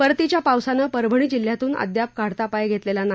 परतीच्या पावसानं परभणी जिल्ह्यातून अद्याप काढता पाय घेतलेला नाही